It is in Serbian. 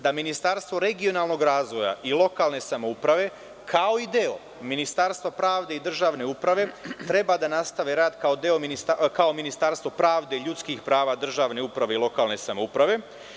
Da Ministarstvo regionalnog razvoja i lokalne samouprave kao i deo Ministarstva pravde i državne uprave treba da nastave rad kao Ministarstvo pravde, ljudskih prava, državne uprave i lokalne samouprave.